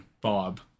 Bob